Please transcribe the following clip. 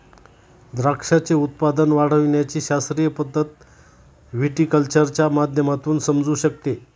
द्राक्षाचे उत्पादन वाढविण्याची शास्त्रीय पद्धत व्हिटीकल्चरच्या माध्यमातून समजू शकते